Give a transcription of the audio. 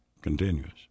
continuous